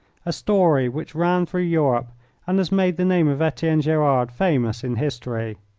a story which rang through europe and has made the name of etienne gerard famous in history.